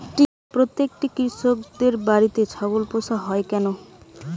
প্রতিটি কৃষকদের বাড়িতে ছাগল পোষা হয় কেন?